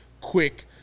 quick